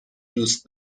دوست